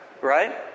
right